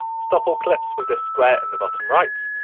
stop all clips with this square at and the bottom right.